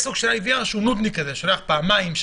יש סוג של IVR שהוא נודניק, שולח פעמיים-שלוש.